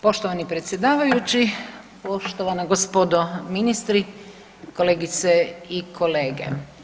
Poštovani predsjedavajući, poštovana gospodo ministri, kolegice i kolege.